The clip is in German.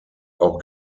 auch